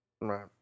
Right